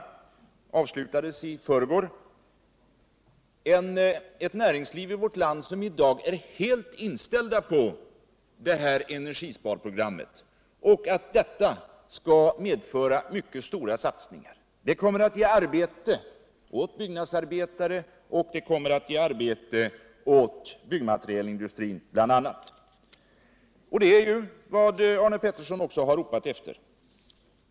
Detta gelse, m.m. kommer att medföra mycket stora satsningar och ge arbete åt bl.a. byggnadsarbetare och byggmaterialindustrin. Det är ju vad Arne Pettersson har ropat efter.